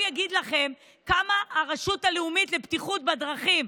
והוא יגיד לכם כמה הרשות הלאומית לבטיחות בדרכים,